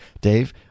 Dave